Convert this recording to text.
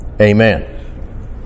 amen